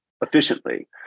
efficiently